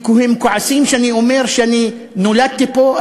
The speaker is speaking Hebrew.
כי הם כועסים שאני אומר שאני נולדתי פה,